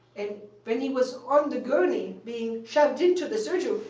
and when he was on the gurney being shoved into the surgery,